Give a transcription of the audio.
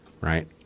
right